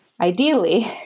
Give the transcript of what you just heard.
ideally